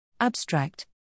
Abstract